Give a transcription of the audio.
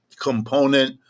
component